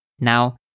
Now